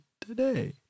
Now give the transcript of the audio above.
today